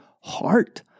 heart